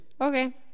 Okay